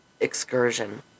excursion